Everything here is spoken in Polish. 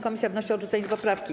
Komisja wnosi o odrzucenie tej poprawki.